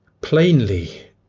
plainly